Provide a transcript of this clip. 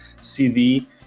CD